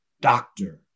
Doctor